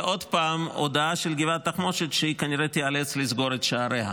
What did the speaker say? ועוד פעם הודעה של גבעת התחמושת שהיא כנראה תיאלץ לסגור את שעריה,